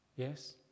Yes